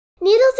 Needles